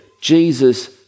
Jesus